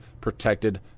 protected